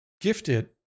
gifted